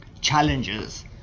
challenges